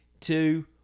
two